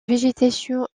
végétation